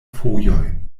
fojoj